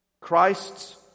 Christ's